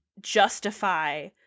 justify